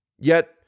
Yet